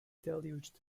deluged